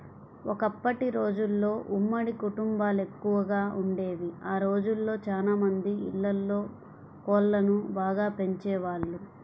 ఒకప్పటి రోజుల్లో ఉమ్మడి కుటుంబాలెక్కువగా వుండేవి, ఆ రోజుల్లో చానా మంది ఇళ్ళల్లో కోళ్ళను బాగా పెంచేవాళ్ళు